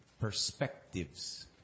perspectives